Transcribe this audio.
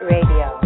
Radio